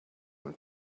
some